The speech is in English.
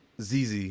Zz